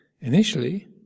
initially